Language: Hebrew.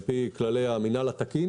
על-פי כללי המינהל התקין